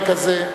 אין כזה.